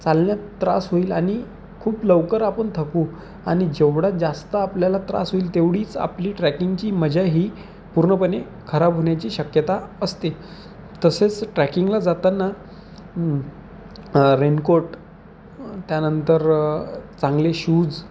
चालण्यात त्रास होईल आणि खूप लवकर आपण थकू आणि जेवढा जास्त आपल्याला त्रास होईल तेवढीच आपली ट्रॅकिंगची मजा ही पूर्णपणे खराब होण्याची शक्यता असते तसेच ट्रॅकिंगला जाताना रेनकोट त्यानंतर चांगले शूज